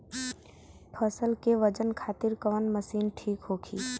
फसल के वजन खातिर कवन मशीन ठीक होखि?